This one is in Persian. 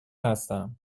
هستم